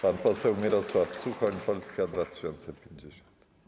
Pan poseł Mirosław Suchoń, Polska 2050.